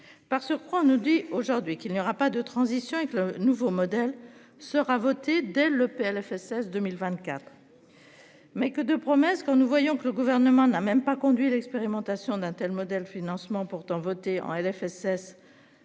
Par surcroît, on nous dit aujourd'hui qu'il n'y aura pas de transition avec le nouveau modèle sera votée dès le PLFSS 2024. Mais que de promesses quand nous voyons que le gouvernement n'a même pas conduit l'expérimentation d'un tel modèle financement pourtant voté en LFSS.